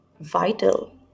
vital